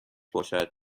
باشد